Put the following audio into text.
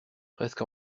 presque